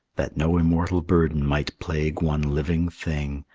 that no immortal burden might plague one living thing,